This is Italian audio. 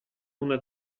una